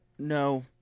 No